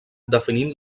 definint